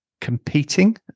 competing